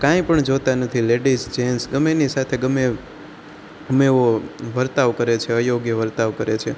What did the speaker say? કાંઈ પણ જોતાં નથી લેડિસ જેટ્સ ગમે એની સાથે ગમે એવો ગમે એવો વર્તાવ કરે છે અયોગ્ય વર્તાવ કરે છે